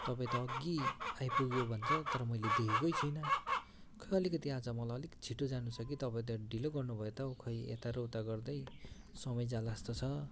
तपाईँ त अघि आइपुग्यो भन्छ तर मैले देखेकै छैन खै अलिकति मलाई आज अलिक छिटो जानु छ के तपाईँ त ढिलो गर्नुभयो त हो खै यता र उता गर्दै समय जाला जस्तो छ